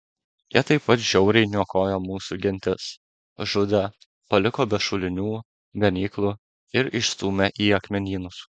jie taip pat žiauriai niokojo mūsų gentis žudė paliko be šulinių ganyklų ir išstūmė į akmenynus